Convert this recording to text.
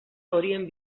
horien